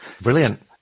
Brilliant